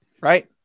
Right